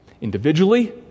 individually